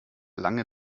lange